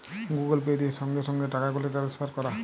Google Pay দিয়ে সংগে সংগে টাকাগুলা টেলেসফার ক্যরা